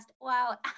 Wow